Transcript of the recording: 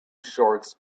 shorts